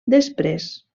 després